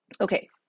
okay